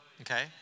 okay